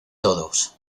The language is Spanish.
todos